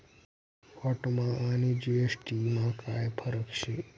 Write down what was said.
व्हॅटमा आणि जी.एस.टी मा काय फरक शे?